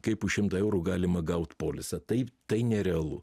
kaip už šimtą eurų galima gaut polisą taip tai nerealu